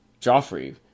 Joffrey